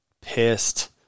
pissed